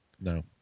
No